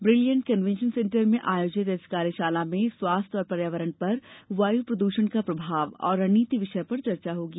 brilliant Convention Centre में आयोजित इस कार्यशाला में स्वास्थ्य और पर्यावरण पर वायू प्रदूषण का प्रभाव और रणनीति विषय पर चर्चा होगी